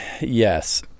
Yes